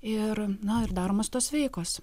ir na ir daromos tos veikos